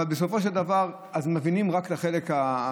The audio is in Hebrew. אבל בסופו של דבר מבינים רק את החלק הראשון,